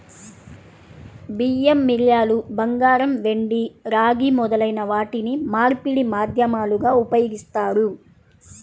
బియ్యం, మిరియాలు, బంగారం, వెండి, రాగి మొదలైన వాటిని మార్పిడి మాధ్యమాలుగా ఉపయోగిస్తారు